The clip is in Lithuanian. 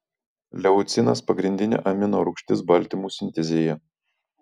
leucinas pagrindinė amino rūgštis baltymų sintezėje